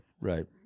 right